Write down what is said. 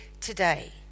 today